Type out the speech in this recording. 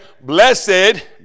blessed